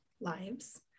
lives